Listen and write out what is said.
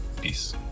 Peace